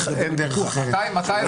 מתי הדיון הבא?